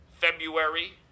February